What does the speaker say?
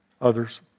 Others